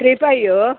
three five